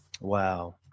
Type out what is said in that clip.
wow